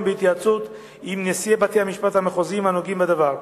בהתייעצות עם נשיאי בתי-המשפט המחוזיים הנוגעים בדבר.